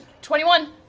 twenty one!